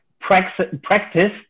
practice